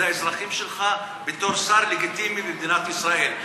האזרחים שלך בתור שר לגיטימי במדינת ישראל.